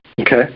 Okay